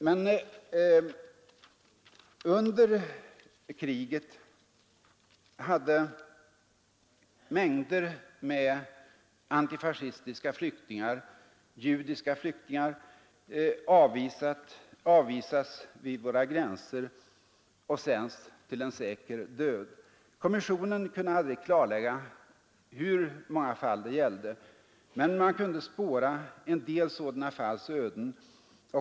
Men under kriget hade mängder av antifascistiska flyktingar och judiska flyktingar avvisats vid våra gränser och sänts till en säker död. Kommissionen kunde aldrig klargöra hur många fall det gällde, men man kunde spåra en del sådana falls öden.